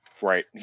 right